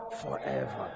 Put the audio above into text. Forever